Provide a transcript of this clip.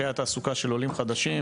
ובקשיי התעסוקה של עולים חדשים,